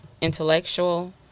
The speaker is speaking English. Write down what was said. intellectual